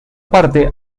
parte